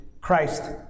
Christ